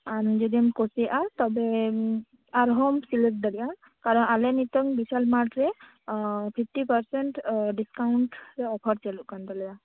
ᱟᱢ ᱡᱩᱫᱤᱢ ᱠᱩᱥᱤᱭᱟᱜᱼᱟ ᱛᱚᱵᱮ ᱟᱨ ᱦᱚᱸᱢ ᱥᱤᱞᱮᱠᱴ ᱫᱟᱲᱮᱭᱟᱜᱼᱟ ᱠᱟᱨᱚᱱ ᱟᱞᱮ ᱱᱤᱛᱚᱝ ᱵᱤᱥᱟᱞ ᱢᱟᱨᱴᱷ ᱨᱮ ᱯᱷᱤᱯᱴᱤ ᱯᱟᱨᱥᱮᱱ ᱰᱤᱥᱠᱟᱣᱩᱸᱴ ᱚᱯᱷᱟᱨ ᱪᱟᱞᱩᱜ ᱠᱟᱱ ᱛᱟᱞᱮᱭᱟ